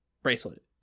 bracelet